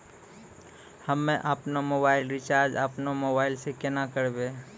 हम्मे आपनौ mobile recharge आपनौ मोबाइल से केना करवै?